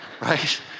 right